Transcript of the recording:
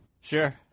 Sure